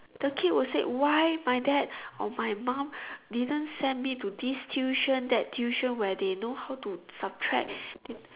the kid will say why my dad or my mum didn't send me to this tuition that tuition where they know how to subtract they